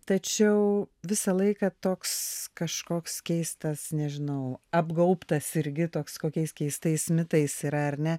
tačiau visą laiką toks kažkoks keistas nežinau apgaubtas irgi toks kokiais keistais mitais yra ar ne